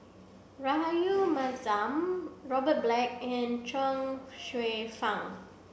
Rahayu Mahzam Robert Black and Chuang Hsueh Fang